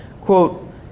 quote